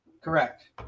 Correct